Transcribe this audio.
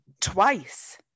twice